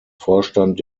vorstand